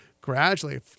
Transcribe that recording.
gradually